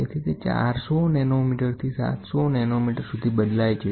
તેથી તે 400 નેનોમીટરથી 700 નેનોમીટર સુધી બદલાય છે